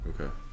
Okay